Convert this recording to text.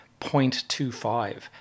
0.25